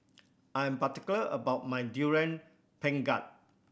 I am particular about my Durian Pengat